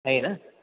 आहे ना